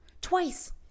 twice